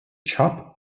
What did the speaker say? chop